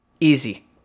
Easy